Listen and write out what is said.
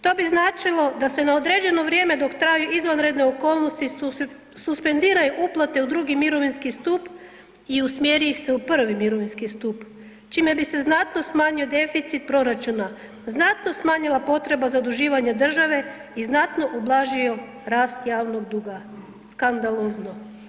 To bi značilo da se na određeno vrijeme dok traju izvanredne okolnosti suspendiraju uplate u drugi mirovinski stup i usmjeri ih se u prvi mirovinski stup, čime bi se znatno smanjio deficit proračuna, znatno smanjila potreba zaduživanja države i znatno ublažio rast javnog duga, skandalozno.